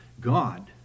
God